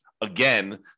again